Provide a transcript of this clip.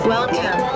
Welcome